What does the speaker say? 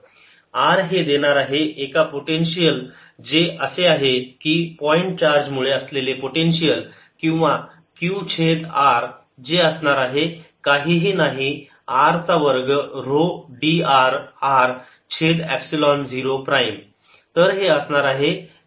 R हे देणार आहे एक पोटेन्शियल जे असे आहे की पॉईंट चार्ज मुळे असलेले पोटेन्शियल किंवा Q छेद r जे असणार आहे काहीही नाही r चा वर्ग ऱ्हो dr r छेद एपसिलोन 0 प्राईम